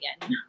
again